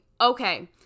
okay